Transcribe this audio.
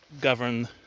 govern